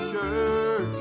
church